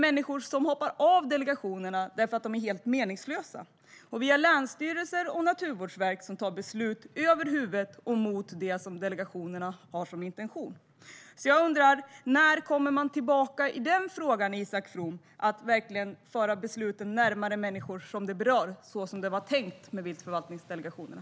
Människor hoppar av delegationerna därför att de är helt meningslösa. Länsstyrelserna och Naturvårdsverket tar beslut över huvudet på delegationerna och i strid med deras intentioner. Så jag undrar, Isak From, när man kommer tillbaka i frågan om att verkligen föra besluten närmare de människor de berör, som det var tänkt med viltförvaltningsdelegationerna.